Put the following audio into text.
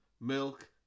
milk